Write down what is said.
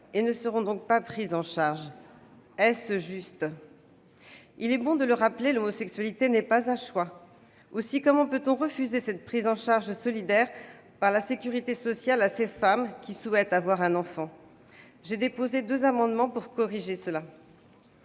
et ne seront donc pas pris en charge. Est-ce juste ? Il est bon de le rappeler, l'homosexualité n'est pas un choix. Aussi, comment peut-on refuser cette prise en charge solidaire par la sécurité sociale à ces femmes qui souhaitent avoir un enfant ? J'ai déposé deux amendements pour corriger cette